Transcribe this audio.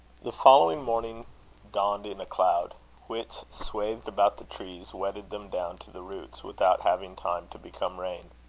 the following morning dawned in a cloud which, swathed about the trees, wetted them down to the roots, without having time to become rain.